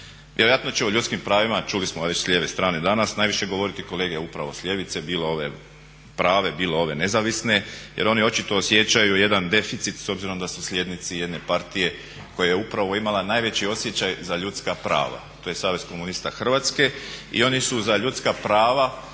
će o ljudskim pravima, čuli smo već s lijeve strane danas najviše govoriti kolege upravo s ljevice bilo ove prave, bilo ove nezavisne jer oni očito osjećaju jedan deficit s obzirom da su slijednici jedne partije koja je upravo imala najveći osjećaj za ljudska prava. To je Savez komunista Hrvatske i oni su za ljudska prava